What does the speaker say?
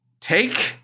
take